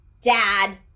dad